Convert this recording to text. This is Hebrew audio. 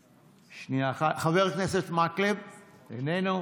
חבר הכנסת מקלב, איננו.